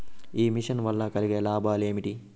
ఈ మిషన్ వల్ల కలిగే లాభాలు ఏమిటి?